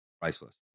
priceless